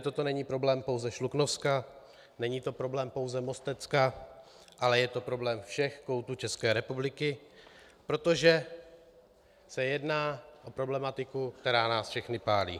Toto není problém pouze Šluknovska, není to problém pouze Mostecka, ale je to problém všech koutů ČR, protože se jedná o problematiku, která nás všechny pálí.